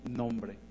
nombre